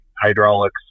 hydraulics